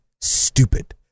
stupid